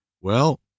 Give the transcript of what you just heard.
Well